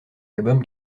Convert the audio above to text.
albums